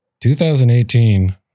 2018